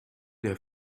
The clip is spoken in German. der